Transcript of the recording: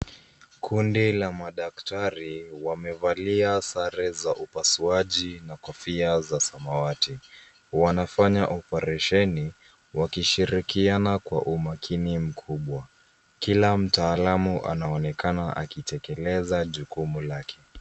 Kundi la madaktari wamevalia sare za upasuaji na kofia za samawati. Wanafanya oparesheni wakishirikiana kwa umakini mkubwa. Kila mtaalamu anaonekana akitekeleza jukumu lake.